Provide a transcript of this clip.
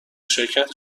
شرکت